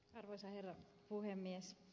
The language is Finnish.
arvoisa herra puhemies